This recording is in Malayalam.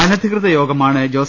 അനധികൃതയോഗമാണ് ജോസ്